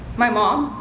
my mom,